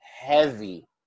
heavy